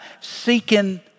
seeking